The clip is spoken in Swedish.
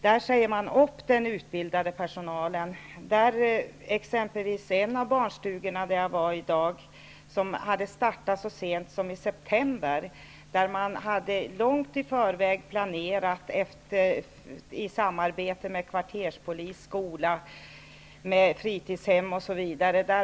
Man säger upp den utbildade personalen, t.ex. i en barnstuga som startades så sent som i september. Där hade man långt i förväg planerat verksamheten i samarbete med kvarterspolisen, skolan och fritidshemmet.